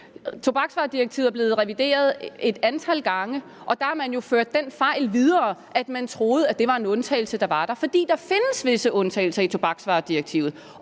Tobaksvaredirektivet er blevet revideret et antal gange, og der har man jo ført den fejl videre, at man troede, at det var en undtagelse, der var der. For der findes visse undtagelser i tobaksvaredirektivet,